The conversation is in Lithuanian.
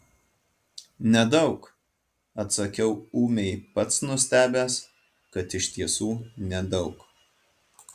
nedaug atsakiau ūmiai pats nustebęs kad iš tiesų nedaug